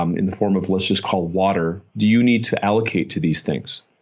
um in the form of let's just call water, do you need to allocate to these things?